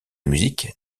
musique